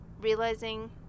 realizing